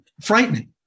frightening